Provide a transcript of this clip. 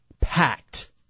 packed